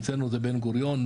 אצלנו זה בן גוריון,